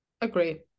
Agree